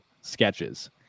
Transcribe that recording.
sketches